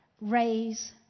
raise